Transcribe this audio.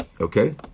Okay